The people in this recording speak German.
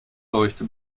leuchte